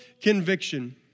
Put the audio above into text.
conviction